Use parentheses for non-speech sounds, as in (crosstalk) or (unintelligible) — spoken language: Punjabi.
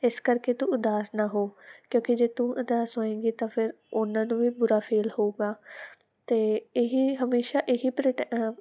ਇਸ ਕਰਕੇ ਤੂੰ ਉਦਾਸ ਨਾ ਹੋ ਕਿਉਂਕਿ ਜੇ ਤੂੰ ਉਦਾਸ ਹੋਏਗੀ ਤਾਂ ਫਿਰ ਉਹਨਾਂ ਨੂੰ ਵੀ ਬੁਰਾ ਫੀਲ ਹੋਊਗਾ ਅਤੇ ਇਹੀ ਹਮੇਸ਼ਾ ਇਹੀ (unintelligible)